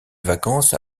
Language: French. vacances